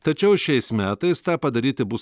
tačiau šiais metais tą padaryti bus